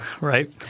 right